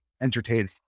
entertaining